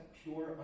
pure